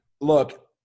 look